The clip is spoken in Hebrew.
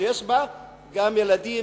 שיש בה גם ילדים,